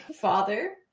father